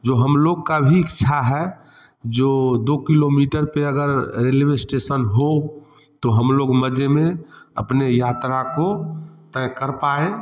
जो हम लोग का भी इच्छा है जो दो किलोमीटर पर अगर रेलवे स्टेशन हो तो हम लोग मजे में अपने यात्रा को तय कर पाएँ